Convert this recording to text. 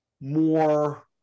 more